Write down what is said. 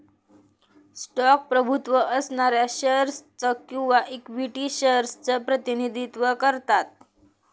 stock प्रभुत्व असणाऱ्या shares च किंवा इक्विटी शेअर्स च प्रतिनिधित्व करतात